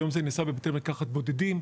היום זה נעשה בבתי מרקחת בודדים,